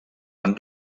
han